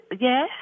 Yes